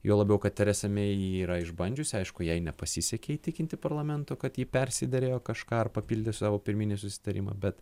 juo labiau kad teresa mei jį yra išbandžiusi aišku jei nepasisekė įtikinti parlamento kad ji persiderėjo kažką ar papildė savo pirminį susitarimą bet